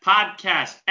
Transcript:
Podcast